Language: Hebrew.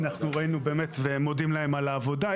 אנחנו ראינו ובאמת מודים להם על העבודה.